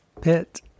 pit